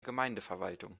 gemeindeverwaltung